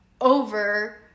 over